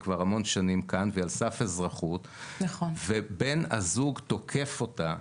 כבר המון שנמים נמצאת כאן והיא על סף אזרחות ובן הזוג שלה תוקף אותה,